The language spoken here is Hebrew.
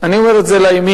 אני אומר את זה לימין: